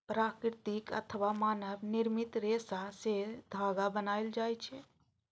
प्राकृतिक अथवा मानव निर्मित रेशा सं धागा बनायल जाए छै